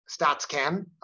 StatsCan